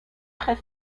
très